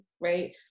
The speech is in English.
right